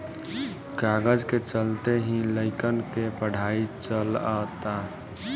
कागज के चलते ही लइकन के पढ़ाई चलअता